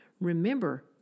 Remember